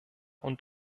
und